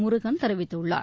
முருகன் தெரிவித்துள்ளார்